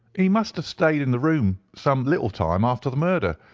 he must have stayed in the room some little time after the murder,